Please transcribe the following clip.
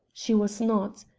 she was not.